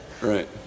right